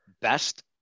best